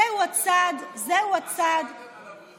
מה סגרתם על הבריכות?